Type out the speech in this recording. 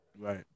right